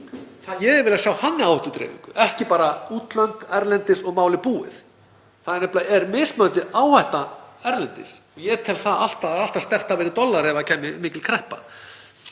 hefði viljað sjá þannig áhættudreifingu, ekki bara „útlönd, erlendis“ og málið búið. Það er nefnilega mismunandi áhætta erlendis. Ég tel það alltaf sterkt að vera í dollara ef það kæmi mikil kreppa.